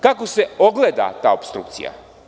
Kako se ogleda ta opstrukcija?